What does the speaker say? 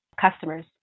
customers